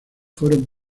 fueron